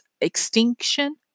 extinction